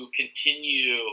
continue